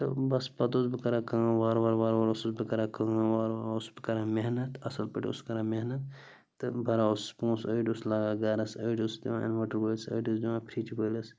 تہٕ بَس پَتہٕ اوسُس بہٕ کران کٲم وارٕ وارٕ وار وارٕ اوسُس بہٕ کران کٲم وار وارٕ اوسُس بہٕ کران محنت اَصٕل پٲٹھۍ اوسُس کران محنت تہٕ بران اوسُس پونٛسہٕ أڑۍ اوس لاگان گَرَس أڑۍ اوسُس دِوان اِنوٲٹَر وٲلِس أڑۍ اوسُس دِوان فِرٛچ وٲلِس